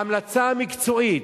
ההמלצה המקצועית,